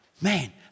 man